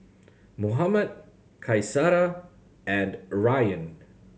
Muhammad Qaisara and Ryan